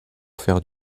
faire